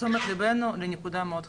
תשומת ליבנו לנקודה מאוד חשובה,